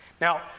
Now